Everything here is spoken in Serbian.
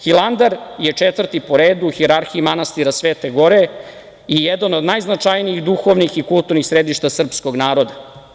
Hilandar je četvrti po redu u hijerarhiji manastira Svete gore i jedan od najznačajnijih duhovnih i kulturnih središta srpskog naroda.